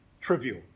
trivial